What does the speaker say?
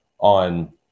On